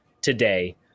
today